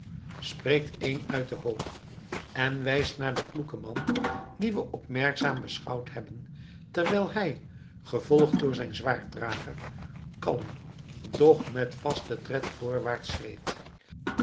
spreekt één uit den hoop en wijst naar den kloeken man dien we opmerkzaam beschouwd hebben terwijl hij gevolgd door zijn zwaarddrager kalm doch met vasten tred voorwaarts